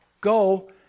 go